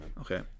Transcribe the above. Okay